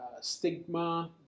stigma